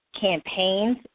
campaigns